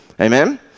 Amen